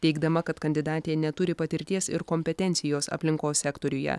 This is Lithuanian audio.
teigdama kad kandidatė neturi patirties ir kompetencijos aplinkos sektoriuje